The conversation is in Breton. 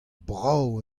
brav